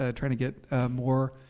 ah trying to get more